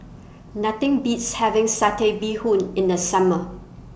Nothing Beats having Satay Bee Hoon in The Summer